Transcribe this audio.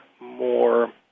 more